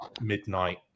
midnight